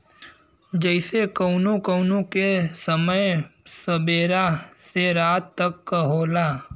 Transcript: जइसे कउनो कउनो के समय सबेरा से रात तक क होला